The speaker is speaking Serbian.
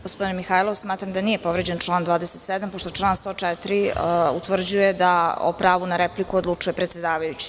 Gospodine Mihajlov, smatram da nije povređen član 27, pošto član 104. utvrđuje da o pravu na repliku odlučuje predsedavajući.